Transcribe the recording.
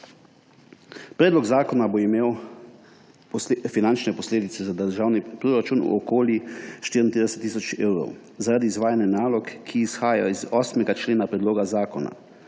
Predlog zakona bo imel finančne posledice za državni proračun okoli 34 tisoč evrov zaradi izvajanja nalog, ki izhajajo iz 8. člena predloga zakona.